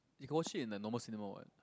negotiate in the normal